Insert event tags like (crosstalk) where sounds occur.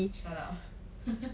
shut up (laughs)